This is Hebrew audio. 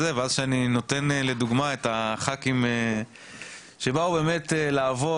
ואז כשאני נותן לדוגמה את הח"כים שבאו לעבוד,